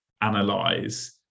analyze